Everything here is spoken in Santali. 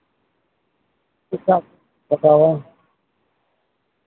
ᱛᱟᱨᱯᱚᱨᱮ